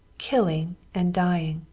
killing and dying.